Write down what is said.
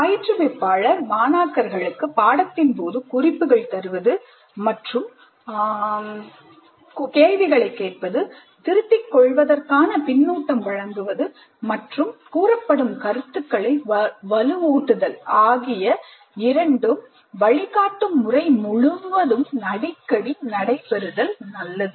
பயிற்றுவிப்பாளர் மாணாக்கர்களுக்கு பாடத்தின் போது குறிப்புகள் தருவது மற்றும் கேள்விகளை கேட்பது திருத்திக் கொள்வதற்கான பின்னூட்டம் வழங்குவது மற்றும் கூறப்படும் கருத்துக்களை வலுவூட்டுதல் ஆகிய இரண்டு வழிகாட்டும் முறை முழுவதும் அடிக்கடி நடைபெறுதல் நல்லது